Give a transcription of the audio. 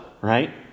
right